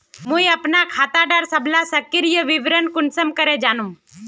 मुई अपना खाता डार सबला सक्रिय विवरण कुंसम करे जानुम?